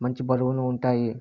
మంచి బరువును ఉంటాయి